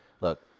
look